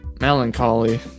melancholy